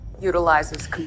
utilizes